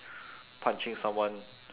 punching someone